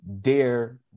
dare